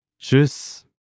Tschüss